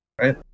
right